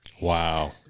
Wow